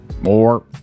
More